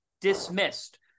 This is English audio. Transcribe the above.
Dismissed